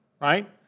right